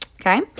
Okay